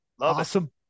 Awesome